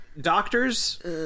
Doctors